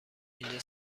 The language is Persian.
اینجا